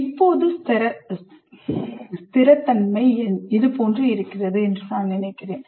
இப்போது ஸ்திரத்தன்மை இது போன்று இருக்கிறது என்று நான் நினைக்கிறேன்